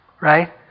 right